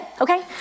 okay